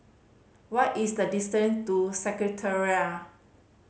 what is the distance to Secretariat